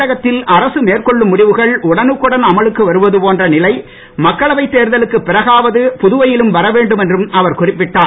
தமிழகத்தில் அரசு மேற்பொள்ளும் முடிவுகள் உடனுக்குடன் அமலுக்கு வருவது போன்ற நிலை மக்களவைத் தேர்தலுக்குப் பிறகாவது புதுவையிலும் வரவேண்டும் என்றும் அவர் குறிப்பிட்டார்